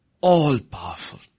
all-powerful